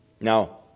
Now